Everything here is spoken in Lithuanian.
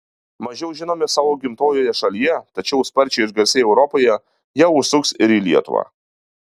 mažiau žinomi savo gimtojoje šalyje tačiau sparčiai išgarsėję europoje jie užsuks ir į lietuvą